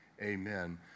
Amen